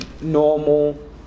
normal